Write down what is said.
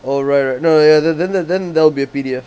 oh right right no ya then then then there'll be a P_D_F